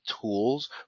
tools